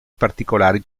particolari